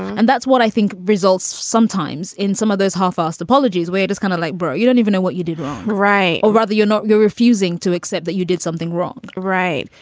and that's what i think results sometimes in some of those half arsed apologies where it is kind of like bro you don't even know what you did right or rather you're not you're refusing to accept that you did something wrong right.